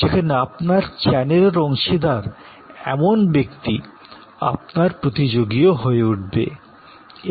এই নতুন পরিস্থিতিতে আপনার চ্যানেলের অংশীদার এমন ব্যক্তিরাও আপনার প্রতিযোগী হিসাবে আবির্ভাব হবে